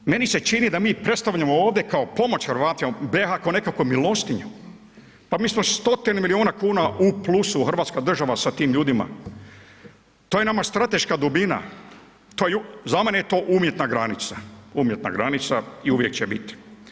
Evo, meni se čini da mi predstavljamo ovde kao pomoć Hrvatima BiH kao nekakvu milostinju, pa mi smo stotine milijuna kuna u plusu hrvatska država sa tim ljudima, to je nama strateška dubina, za mene je to umjetna granica, umjetna granica i uvijek će biti.